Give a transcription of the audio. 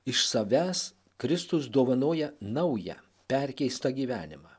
iš savęs kristus dovanoja naują perkeistą gyvenimą